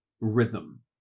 rhythm